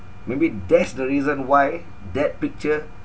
maybe that's the reason why that picture